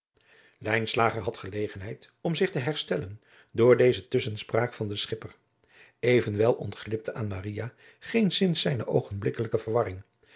had gelegenheid om zich te herstellen door deze tusschenspraak van den schipper evenwel ontglipte aan maria geenszins zijne oogenblikkelijke verwarring